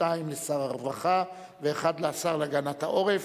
שתיים לשר הרווחה ואחת לשר להגנת העורף.